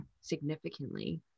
significantly